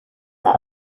are